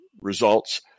results